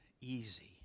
easy